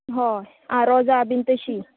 हय आं रोजा बीन तशीं